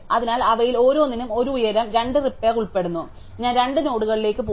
അതിനാൽ അവയിൽ ഓരോന്നിനും ഒരു ഉയരം 2 റിപ്പയർ ഉൾപ്പെടുന്നു ഞാൻ 2 നോഡുകളിലേക്ക് പോയി